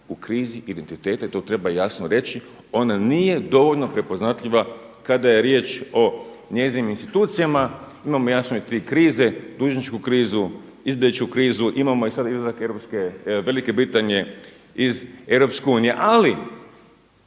u krizi identiteta i to treba jasno reći. Ona nije dovoljno prepoznatljiva kada je riječ o njezinim institucijama. Imamo jasno i tri krize dužničku krizu, izbjegličku krizu, imamo sada izlazak Velike Britanije iz EU, ali